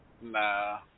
nah